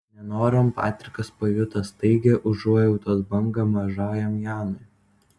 nenorom patrikas pajuto staigią užuojautos bangą mažajam janui